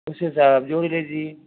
उस हिसाब जो भी लीजिए